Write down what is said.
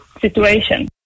situation